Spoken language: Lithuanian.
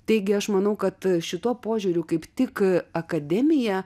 taigi aš manau kad šituo požiūriu kaip tik akademija